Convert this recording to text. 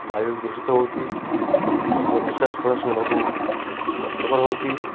ବାୟୁ ଦୂଷିତ ହେଉଛି ଆମକୁ ନିଶ୍ୱାସ ପ୍ରଶାସ ନେବାକୁ କଷ୍ଟକର ହେଉଛି